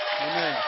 Amen